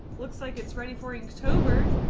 looks like it's ready for inktober.